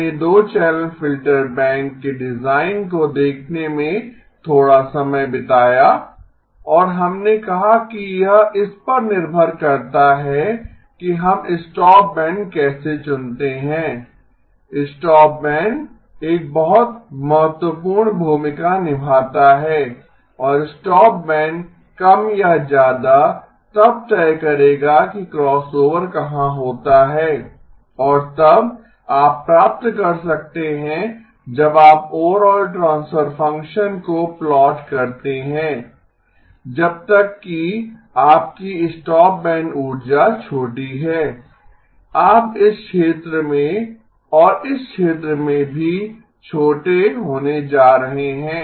हमने 2 channel filter bank के design को देखने में थोड़ा समय बिताया और हमने कहा कि यह इस पर निर्भर करता है कि हम स्टॉपबैंड कैसे चुनते हैं स्टॉपबैंड एक बहुत महत्वपूर्ण भूमिका निभाता है और स्टॉपबैंड कम या ज्यादा तब तय करेगा कि क्रॉसओवर कहाँ होता है और तब आप प्राप्त कर सकते हैं जब आप ओवरआल ट्रांसफर फंक्शन को प्लॉट करते हैं जब तक कि आपकी स्टॉपबैंड ऊर्जा छोटी है आप इस क्षेत्र में और इस क्षेत्र में भी छोटे होने जा रहे हैं